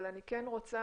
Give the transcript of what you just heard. אבל אני כן רוצה